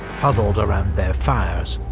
huddled around their fires.